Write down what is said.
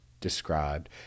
described